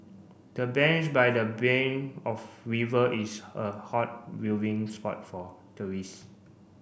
the bench by the bank of river is a hot viewing spot for tourists